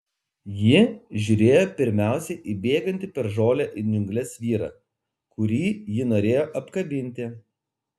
ji žiūrėjo pirmiausia į bėgantį per žolę į džiungles vyrą kurį ji norėjo apkabinti